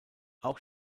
auch